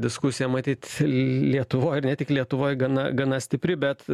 diskusija matyt lietuvoj ar ne tik lietuvoj gana gana stipri bet